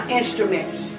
instruments